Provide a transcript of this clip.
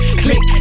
click